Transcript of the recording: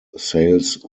sales